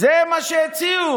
זה מה שהציעו,